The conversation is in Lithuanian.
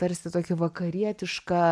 tarsi tokį vakarietišką